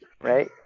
Right